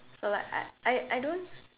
like I I I don't